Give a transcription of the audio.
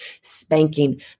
spanking